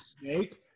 Snake